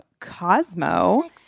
Cosmo